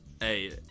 Hey